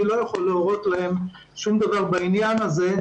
אני לא יכול להורות להם שום דבר בעניין הזה.